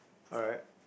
alright